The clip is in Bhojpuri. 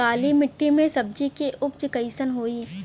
काली मिट्टी में सब्जी के उपज कइसन होई?